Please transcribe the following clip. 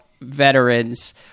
veterans